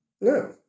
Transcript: No